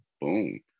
boom